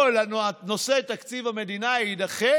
כל נושא תקציב המדינה יידחה